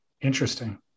interesting